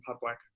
public